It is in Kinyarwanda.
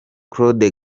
claude